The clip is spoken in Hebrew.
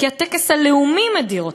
אלא כי הטקס הלאומי מדיר אותה.